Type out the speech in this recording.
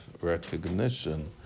recognition